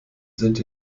sind